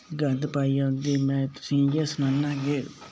गंद पाइयै औंदे में तुसेंगी इ'यै सनान्ना के